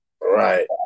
Right